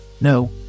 No